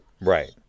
right